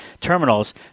terminals